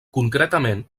concretament